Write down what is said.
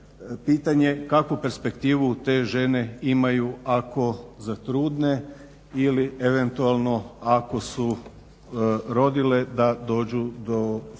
pitanje kakvu perspektivu te žene imaju ako zatrudne ili eventualno ako su rodile da dođu do posla.